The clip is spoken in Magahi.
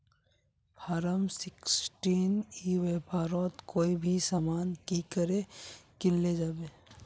फारम सिक्सटीन ई व्यापारोत कोई भी सामान की करे किनले जाबे?